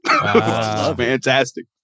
Fantastic